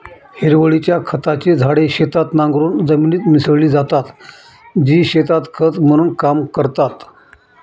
हिरवळीच्या खताची झाडे शेतात नांगरून जमिनीत मिसळली जातात, जी शेतात खत म्हणून काम करतात